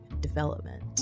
development